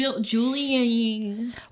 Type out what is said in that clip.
Julian